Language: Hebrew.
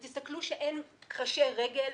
ותסתכלו שאין קרשי רגל.